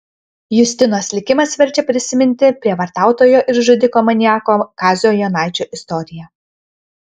justinos likimas verčia prisiminti prievartautojo ir žudiko maniako kazio jonaičio istoriją